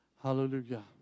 Hallelujah